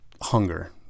hunger